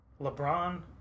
LeBron